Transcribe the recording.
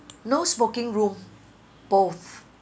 no smoking room both